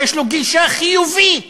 שיש לו גישה חיובית